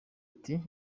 ati